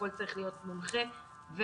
הכול צריך להיות מונחה ומתוקצב.